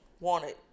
wanted